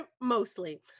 Mostly